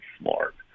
smart